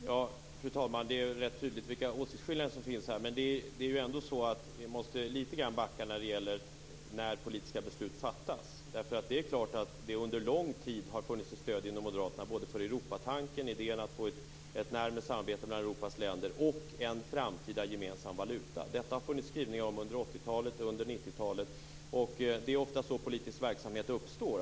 Fru talman! Det är rätt tydligt vilka åsiktsskillnader som finns här, men det är ändå så att vi måste backa litet i fråga om när politiska beslut fattas. Det har under en lång tid funnits ett stöd hos moderaterna både för Europatanken, idén om att få ett närmare samarbete mellan Europas länder, och för en framtida gemensam valuta. Detta har det funnits skrivningar om under 80-talet och under 90-talet. Det är ofta så politisk verksamhet uppstår.